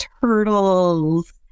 turtles